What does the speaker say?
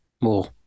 more